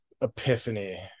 epiphany